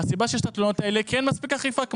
והסיבה שיש את התלונות האלה זה כי אין מספיק אכיפה,